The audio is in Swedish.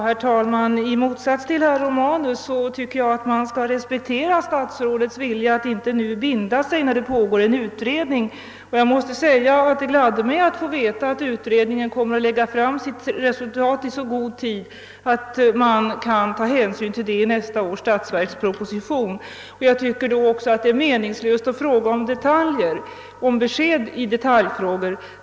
Herr talman! I motsats till herr Romanus anser jag att man skall respektera statsrådets vilja att inte nu binda sig när en utredning pågår. Jag måste säga att det gladde mig att få veta att utredningen kommer att lägga fram sitt resultat i så god tid att det kan beaktas i nästa års statsverksproposition. Jag tycker då att det är meningslöst att efterlysa besked i detaljfrågor.